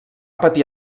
patir